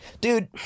Dude